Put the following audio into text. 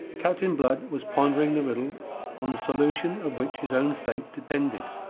captain blood was pondering the riddle on the solution of which his own fate depended.